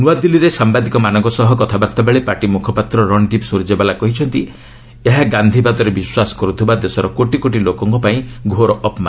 ନୂଆଦିଲ୍ଲୀରେ ସାମ୍ବାଦିକମାନଙ୍କ ସହ କଥାବାର୍ତ୍ତାବେଳେ ପାର୍ଟି ମୁଖପାତ୍ର ରଣଦୀପ୍ ସୂର୍ଜେଓ୍ୱାଲା କହିଛନ୍ତି ଏହା ଗାନ୍ଧିବାଦରେ ବିଶ୍ୱାସ କରୁଥିବା ଦେଶର କୋଟି କୋଟି ଲୋକଙ୍କପାଇଁ ଘୋର ଅପମାନ